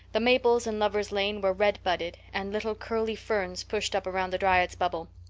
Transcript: the maples in lover's lane were red budded and little curly ferns pushed up around the dryad's bubble.